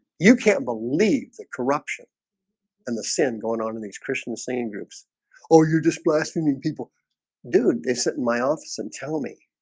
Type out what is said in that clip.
you can't believe the corruption and the sin going on in these christian singing groups or you just blasphemy people dude, they sit in my office and tell me